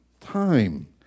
time